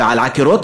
המס על עקרות-הבית,